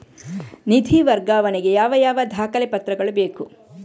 ನಿಧಿ ವರ್ಗಾವಣೆ ಗೆ ಯಾವ ಯಾವ ದಾಖಲೆ ಪತ್ರಗಳು ಬೇಕು?